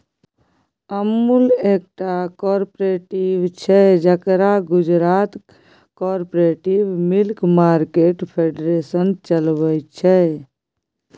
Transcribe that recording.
अमुल एकटा कॉपरेटिव छै जकरा Gujarat cooperative milk market federation चलबै छै